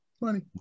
Money